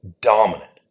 dominant